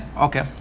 okay